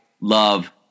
love